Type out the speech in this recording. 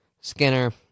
Skinner